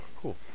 Cool